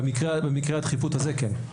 שבמקרה הדחיפות הזה, כן.